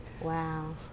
Wow